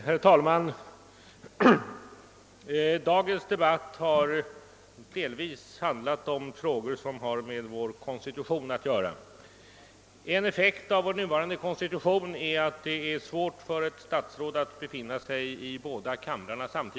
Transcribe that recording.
Herr talman! Dagens debatt har delvis handlat om frågor som har med vår konstitution att göra. En effekt av nuvarande konstitution är att ett statsråd har fysiska svårigheter att samtidigt följa debatterna i båda kamrarna.